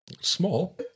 small